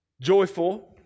Joyful